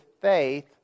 faith